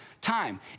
Time